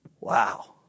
Wow